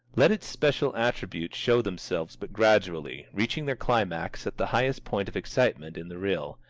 let its special attributes show themselves but gradually, reaching their climax at the highest point of excitement in the reel,